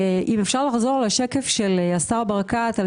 אם אפשר לחזור לשקף של השר ברקת על